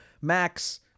Max